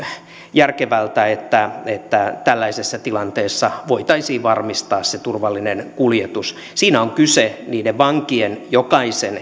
järkevältä että että tällaisessa tilanteessa voitaisiin varmistaa se turvallinen kuljetus siinä on kyse niiden vankien jokaisen